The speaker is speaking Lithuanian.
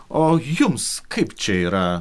o jums kaip čia yra